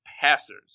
passers